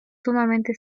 sumamente